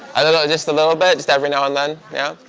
i don't know just a little bit just every now and then yeah,